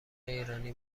ایرانی